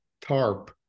tarp